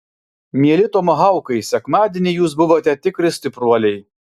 mieli tomahaukai sekmadienį jūs buvote tikri stipruoliai